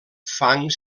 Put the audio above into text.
fang